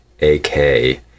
a-k